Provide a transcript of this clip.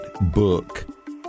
book